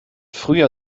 früher